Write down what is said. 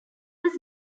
was